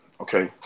okay